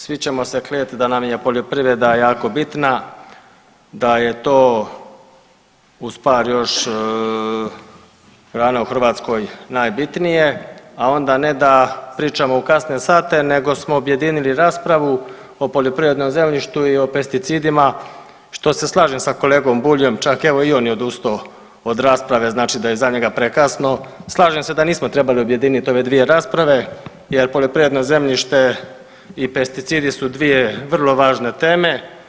Svi ćemo se klet da nam je poljoprivreda jako bitna, da je to uz par još grana u Hrvatskoj najbitnije, a onda ne da pričamo u kasne sate nego smo objedinili raspravu o poljoprivrednom zemljištu i o pesticidima, što se slažem sa kolegom Buljem čak evo i on je odustao od rasprave, znači da je za njega prekasno, slažem se da nismo trebali objediniti ove dvije rasprave jer poljoprivredno zemljište i pesticidi su dvije vrlo važne teme.